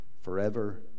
forever